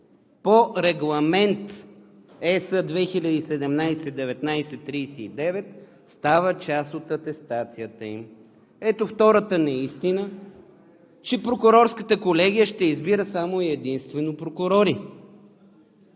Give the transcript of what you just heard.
по Регламент ЕС 2017/1939 стават част от атестацията им. Ето я втората неистина, че прокурорската колегия ще избира само и единствено прокурори.